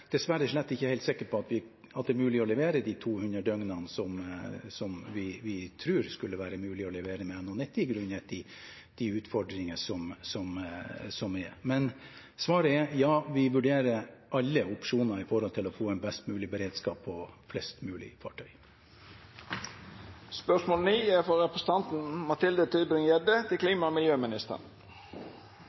dessverre slett ikke helt sikre på at det er mulig å levere de 200 døgnene vi trodde skulle være mulig å levere med NH90 grunnet de utfordringer som er. Men svaret er ja, vi vurderer alle opsjoner med tanke på å få en best mulig beredskap på flest mulig fartøy. «Nylig kunne vi se forferdelige bilder fra ørkenen i Chile der det ligger 40 000 tonn brukte moteklær. Ifølge tall fra Verdensbanken er klesbransjen verdens største klima- og